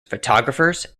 photographers